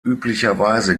üblicherweise